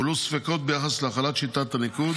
הועלו ספקות ביחס להפעלת שיטת הניקוד